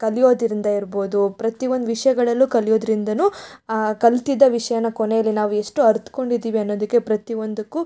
ಕಲಿಯೋದರಿಂದ ಇರ್ಬೋದು ಪ್ರತಿ ಒಂದು ವಿಷಯಗಳಲ್ಲೂ ಕಲಿಯೋದ್ರಿಂದಲೂ ಕಲಿತಿದ್ದ ವಿಷಯನ ಕೊನೆಯಲ್ಲಿ ನಾವು ಎಷ್ಟು ಅರ್ತ್ಕೊಂಡಿದ್ದೀವಿ ಅನ್ನೋದಕ್ಕೆ ಪ್ರತಿ ಒಂದಕ್ಕೂ